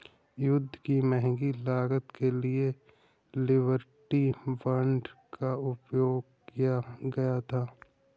युद्ध की महंगी लागत के लिए लिबर्टी बांड का उपयोग किया गया था